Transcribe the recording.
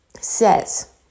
says